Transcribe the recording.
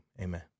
amen